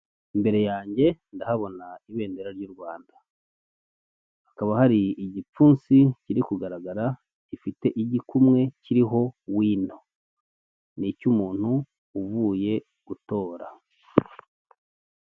Ni inzu itangirwamo serivisi, iruhande hari uturarabyo hagati hari gutambukamo umugabo wambaye ishati y'ubururu, hirya gato hari abicaye bigaragara ko bategereje kwakirwa.